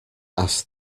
asked